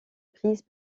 prise